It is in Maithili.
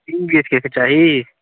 तीन बी एच के के चाही